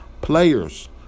players